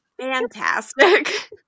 Fantastic